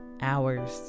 hours